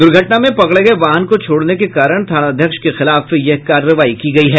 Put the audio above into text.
दुघर्टना में पकड़े गए वाहन को छोड़ने के कारण थानाध्यक्ष के खिलाफ यह कार्रवाई की गयी है